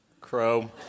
crow